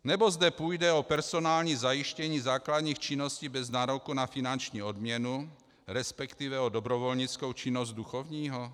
Nebo zde půjde o personální zajištění základních činností bez nároku na finanční odměnu, resp. o dobrovolnickou činnost duchovního?